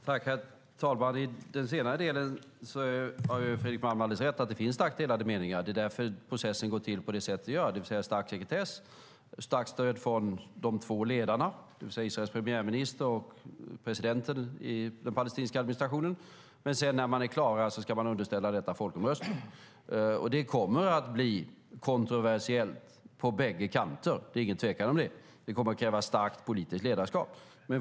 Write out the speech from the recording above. Herr talman! I den senare delen har Fredrik Malm alldeles rätt. Det finns starkt delade meningar. Det är därför processen går till på det sätt den gör, det vill säga med stark sekretess och starkt stöd från de två ledarna, Israels premiärminister och presidenten i den palestinska administrationen. När man sedan är klar ska man underställa detta folkomröstning. Det kommer att bli kontroversiellt på bägge kanter. Det är ingen tvekan om det. Det kommer att kräva starkt politiskt ledarskap.